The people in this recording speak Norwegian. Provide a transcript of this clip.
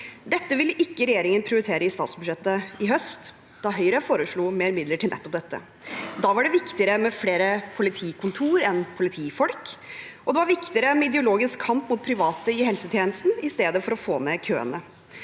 Dette ville ikke regjeringen prioritere i statsbudsjettet i høst da Høyre foreslo mer midler til nettopp dette. Da var det viktigere med flere politikontor enn politifolk, og det var viktigere med ideologisk kamp mot private i helsetjenesten enn å få ned køene.